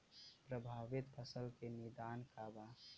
प्रभावित फसल के निदान का बा?